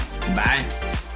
Bye